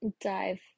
Dive